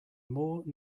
more